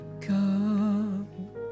Come